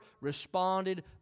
responded